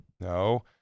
no